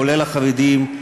כולל החרדים.